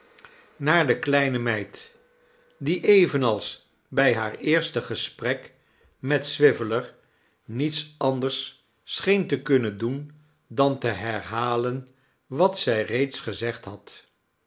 naar de kleine meid die evenals bij haar eerste gesprek met swiveller niets anders scheen te kunnen doen dan te herhalen wat zij reeds gezegd had